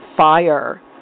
fire